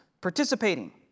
participating